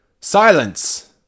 Silence